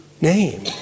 name